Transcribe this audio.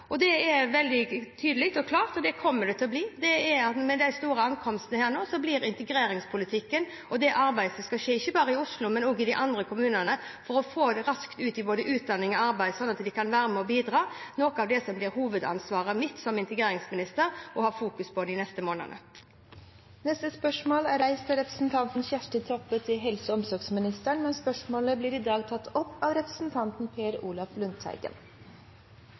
de store ankomstene her nå blir integreringspolitikken og det arbeidet som skal skje ikke bare i Oslo, men også i de andre kommunene for å få dem raskt ut i både utdanning og arbeid, sånn at de kan være med og bidra, noe av det som blir hovedansvaret mitt som integreringsminister å ha fokus på de neste månedene. Dette spørsmålet, fra representanten Kjersti Toppe til helse- og omsorgsministeren, vil bli tatt opp av representanten Per Olaf Lundteigen.